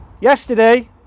Yesterday